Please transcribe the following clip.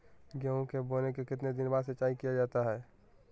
गेंहू के बोने के कितने दिन बाद सिंचाई किया जाता है?